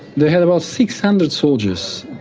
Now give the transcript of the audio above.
they had about six hundred soldiers.